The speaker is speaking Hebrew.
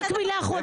רק מילה אחרונה.